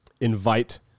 invite